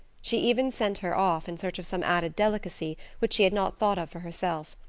she even sent her off in search of some added delicacy which she had not thought of for herself.